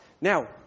Now